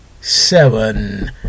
seven